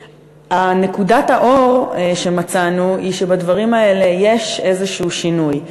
נקודת האור שמצאנו היא שבדברים האלה יש איזשהו שינוי.